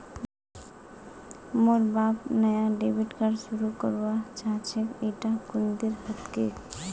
मोर बाप नाया डेबिट कार्ड शुरू करवा चाहछेक इटा कुंदीर हतेक